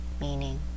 meaning